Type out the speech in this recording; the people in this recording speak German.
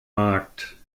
markt